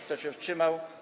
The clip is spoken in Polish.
Kto się wstrzymał?